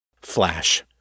Flash